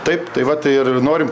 taip tai va tai ir norim